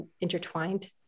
intertwined